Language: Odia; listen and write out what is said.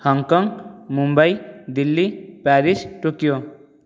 Hong Kong Mumbai Delhi Paris Tokyo